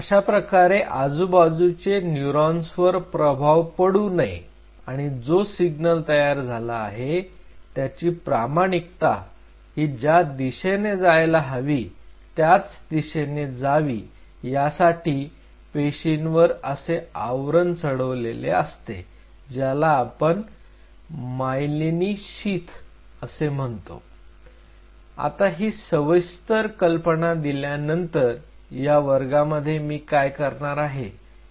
अशाप्रकारे आजूबाजूचे न्यूरॉन्स वर प्रभाव पडू नये आणि जो सिग्नल तयार झाला आहे त्याची प्रामाणिकता ही ज्या दिशेने जायला हवी त्याच दिशेने जावी यासाठी पेशींवर असे आवरण चढवले असते ज्याला आपण मायलीनि शीथ असे म्हणतो आता ही सविस्तर कल्पना दिल्यानंतर या वर्गामध्ये मी काय करणार आहे